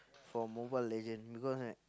for Mobile-Legends because I